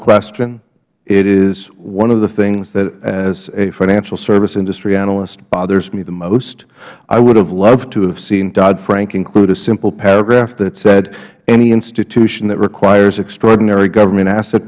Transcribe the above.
question it is one of the things that as a financial service industry analyst bothers me the most i would have loved to have seen dodd frank include a simple paragraph that said any institution that requires extraordinary government asset